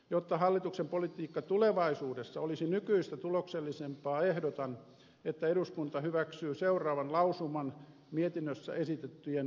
jotta hallituksen politiikka tulevaisuudessa olisi nykyistä tuloksellisempaa ehdotan että eduskunta hyväksyy seuraavan lausuman mietinnössä esitettyjen lisäksi